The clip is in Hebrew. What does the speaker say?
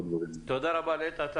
עידו, תודה רבה לך.